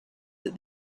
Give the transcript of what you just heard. that